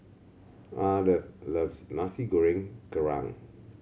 Ardeth loves Nasi Goreng Kerang